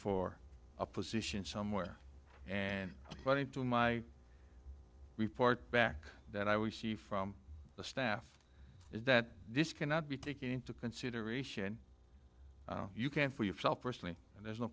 for a position somewhere and run into my report back that i would see from the staff is that this cannot be taken into consideration you can for yourself personally and there's no